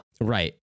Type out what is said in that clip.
Right